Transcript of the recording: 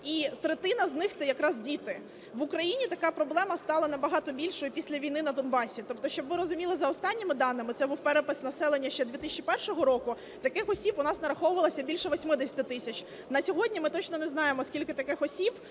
І третина з них – це якраз діти. В Україні така проблема стала набагато більшою після війни на Донбасі. Тобто, щоб ви розуміли, за останніми даними, це був перепис населення ще 2001 року, таких осіб у нас нараховувалося більше 80 тисяч. На сьогодні ми точно не знаємо скільки таких осіб,